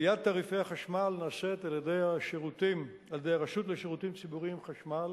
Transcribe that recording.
קביעת תעריפי החשמל נעשית על-ידי הרשות לשירותים ציבוריים חשמל